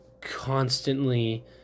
constantly